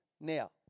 Now